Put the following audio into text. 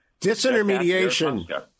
Disintermediation